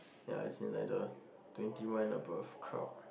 ya as in like the twenty one and above crowd